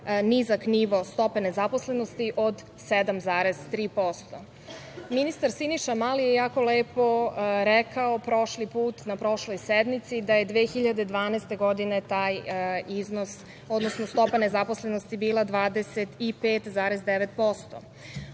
nizak nivo stope nezaposlenosti od 7,3%.Ministar Siniša Mali je jako lepo rekao prošli put na prošloj sednici da je 2012. godine taj iznos, odnosno stopa nezaposlenosti bila 25,9%.